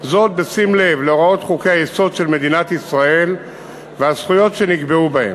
בשים לב להוראות חוקי-היסוד של מדינת ישראל והזכויות שנקבעו בהן.